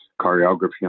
choreography